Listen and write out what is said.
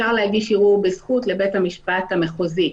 אפשר להגיש ערעור בזכות לבית המשפט המחוזי.